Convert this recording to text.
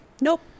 Nope